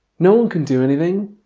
no one can do anything.